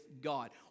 God